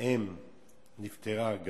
האם גם נפטרה,